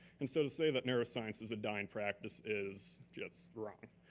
and so to say that neuroscience is a dying practice is just wrong.